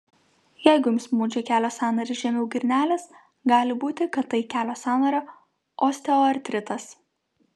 jeigu jums maudžia kelio sąnarį žemiau girnelės gali būti kad tai kelio sąnario osteoartritas